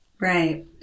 Right